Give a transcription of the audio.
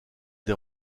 des